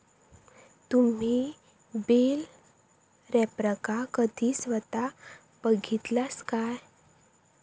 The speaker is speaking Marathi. तुम्ही बेल रॅपरका कधी स्वता बघितलास काय?